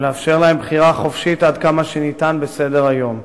ולאפשר להם בחירה חופשית עד כמה שניתן בסדר-היום.